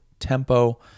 tempo